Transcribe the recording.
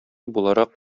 буларак